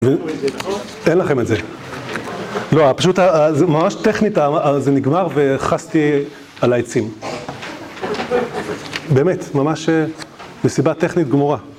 אין לכם את זה, לא, פשוט ממש טכנית זה נגמר וחסתי על העצים, באמת ממש מסיבה טכנית גמורה